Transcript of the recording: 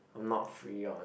I'm not free on